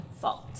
fault